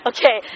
Okay